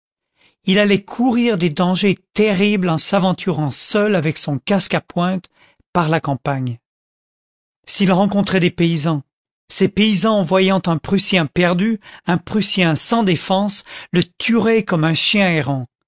il allait courir des dangers terribles en s'aventurant seul avec son casque à pointe par la campagne s'il rencontrait des paysans ces paysans voyant un prussien perdu un prussien sans défense le tueraient comme un chien errant